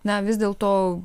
na vis dėlto